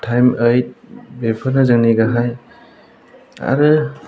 time ओइठ बेफोरनो जोंनि गाहाय आरो